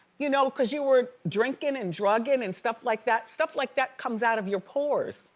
you know, cause you were drinking and drugging and stuff like that. stuff like that comes out of your pores,